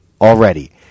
already